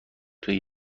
توی